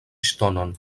ŝtonon